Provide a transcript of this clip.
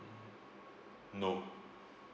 nop